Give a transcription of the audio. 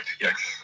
yes